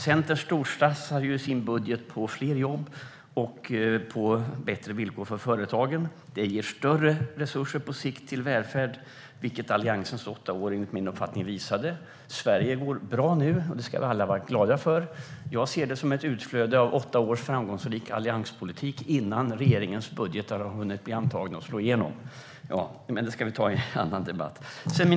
Centern hade en storsatsning på fler jobb och på bättre villkor för företagen. Det ger på sikt större resurser till välfärd, vilket Alliansens åtta år enligt min uppfattning visade. Sverige går bra nu, och det ska vi alla vara glada för. Jag ser det som ett utflöde av åtta års framgångsrik allianspolitik innan regeringens budgetar hade hunnit bli antagna och slå igenom. Men det kan vi ta i en annan debatt.